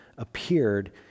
appeared